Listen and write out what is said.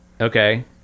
Okay